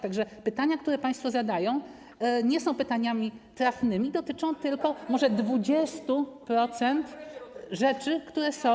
Tak że pytania, które państwo zadają, nie są pytaniami trafnymi, dotyczą tylko może 20% rzeczy, które są na stole.